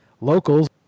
locals